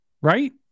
right